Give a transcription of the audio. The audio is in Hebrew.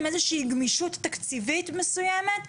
עם איזושהי גמישות תקציבית מסויימת,